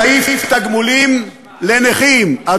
בסעיף תגמולים לנכים,